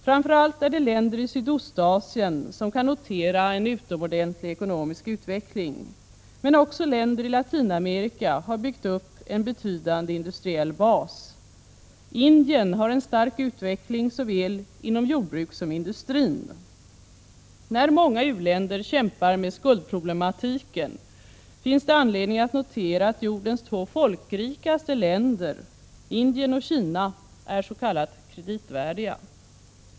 Framför allt är det länder i Sydostasien som kan notera en utomordentlig ekonomisk utveckling. Men också länder i Latinamerika har byggt upp en betydande industriell bas. Indien har en stark utveckling såväl inom jordbruket som inom industrin. När många u-länder kämpar med skuldproblematiken finns det anledning att notera att jordens två folkrikaste länder, Indien och Kina, är s.k. kreditvärdiga.